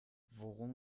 worum